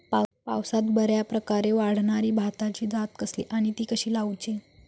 पावसात बऱ्याप्रकारे वाढणारी भाताची जात कसली आणि ती कशी लाऊची?